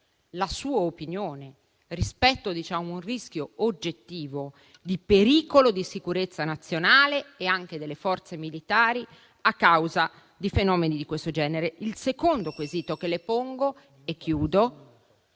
la sua opinione, rispetto ad un rischio oggettivo, ad un pericolo per la sicurezza nazionale e anche delle forze militari, a causa di fenomeni di questo genere. Il secondo quesito che le pongo è se